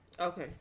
Okay